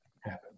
happen